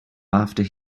after